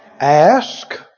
Ask